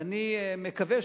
ואני מקווה,